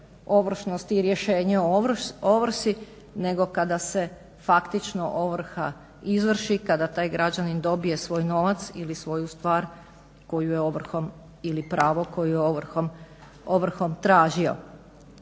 ovršnosti i rješenje o ovrsi nego kada se faktično ovrha izvrši, kada taj građanin dobije svoj novac ili svoju stvar koju je ovrhom ili pravo koju je ovrhom tražio.